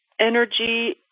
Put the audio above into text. energy